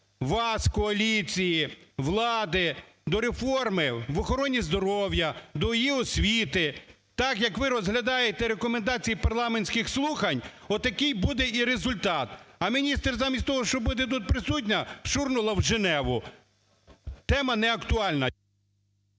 вас, коаліції, влади, до реформи в охороні здоров'я, до її освіти. Так як ви розглядаєте рекомендації парламентських слухань, отакий буде і результат. А міністр замість того, щоб бути тут присутня, шурнула в Женеву. Тема неактуальна.